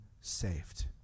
saved